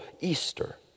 Easter